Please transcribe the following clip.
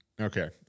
Okay